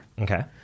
Okay